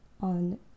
on